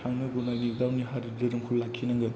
थांनो बानायनि गावनि धोरोमखौ लाखिनांगोन